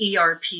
ERP